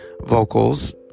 vocals